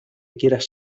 quieras